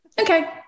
okay